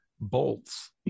bolts